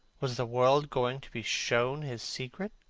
was the world going to be shown his secret?